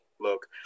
look